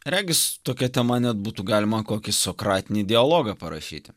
regis tokia tema net būtų galima kokį sokratinį dialogą parašyti